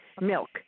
milk